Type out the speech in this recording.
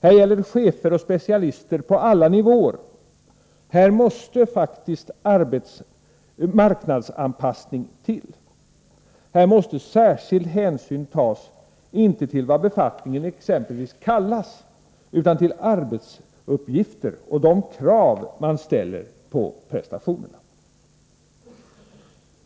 Det gäller chefer och specialister på alla nivåer, Här måste faktiskt marknadsanpassning, till., Härsmåste särskild hänsyn tas till arbetsuppgifter och de krav som ställs på prestationerna — inte till vad befattningen exempelvis kallas.